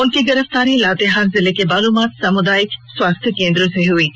उनकी गिरफ्तारी लातेहार जिले के बालूमाथ सामुदायिक स्वास्थ्य केंद्र से हई है